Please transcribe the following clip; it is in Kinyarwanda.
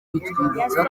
bitwibutsa